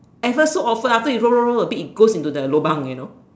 ever so often after you roll roll roll a bit it goes into the Loyang you know